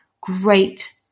great